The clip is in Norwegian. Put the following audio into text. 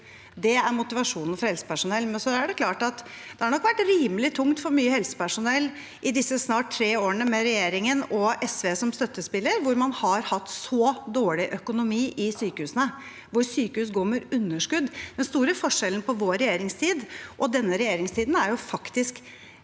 Det er motivasjonen for helsepersonell. Så er det klart at det nok har vært rimelig tungt for mye helsepersonell i disse snart tre årene med regjeringen og SV som støttespiller, hvor man har hatt så dårlig økonomi i sykehusene, hvor sykehus går med underskudd. Den store forskjellen på vår regjeringstid og denne regjeringstiden er faktisk